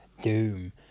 Doom